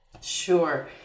Sure